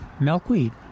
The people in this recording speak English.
milkweed